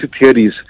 theories